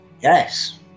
yes